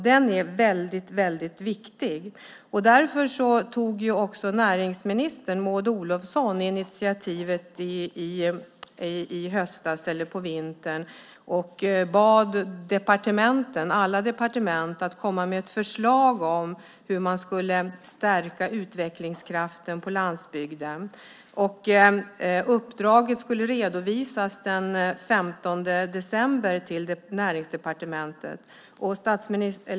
Den är väldigt viktig. Därför tog också näringsminister Maud Olofsson initiativet i höstas eller vintras och bad alla departement komma med förslag på hur man skulle kunna stärka utvecklingskraften på landsbygden. Uppdraget skulle redovisas till Näringsdepartementet den 15 december.